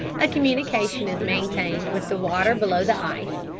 a communication is maintained with the water below the ice,